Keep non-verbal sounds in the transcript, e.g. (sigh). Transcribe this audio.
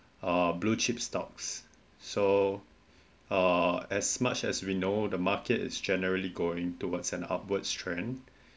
uh blue chips stocks so (breath) uh as much as we know the market is generally going an upwards trend (breath)